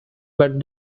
but